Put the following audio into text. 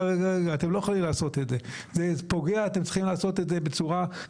די להסתכל על מה שקורה היום בציבור הישראלי,